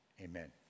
Amen